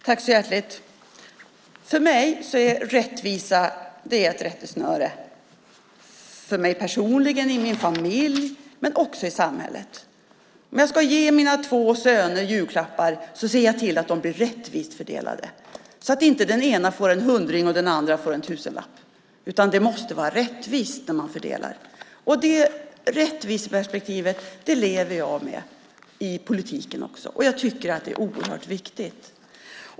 Fru talman! För mig är rättvisa ett rättesnöre. Det är det för mig personligen i min familj men också i samhället. Om jag ska ge mina två söner julklappar ser jag till att de blir rättvist fördelade så att inte den ena får en hundring och den andra en tusenlapp. Det måste vara rättvist när man fördelar. Det rättviseperspektivet lever jag med, i politiken också. Jag tycker att det är oerhört viktigt.